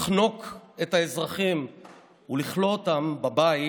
לחנוק את האזרחים ולכלוא אותם בבית